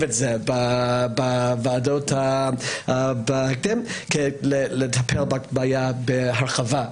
את זה בוועדות כדי לטפל בבעיה הרחבה,